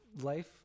life